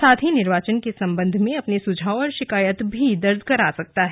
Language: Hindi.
साथ ही निर्वाचन के संबंध में अपने सुझाव और शिकायत भी दर्ज करा सकता है